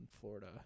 Florida